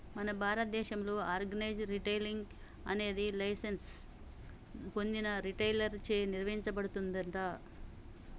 మన భారతదేసంలో organise retailing అనేది లైసెన్స్ పొందిన రిటైలర్ చే నిర్వచించబడుతుందంట